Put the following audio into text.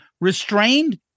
Restrained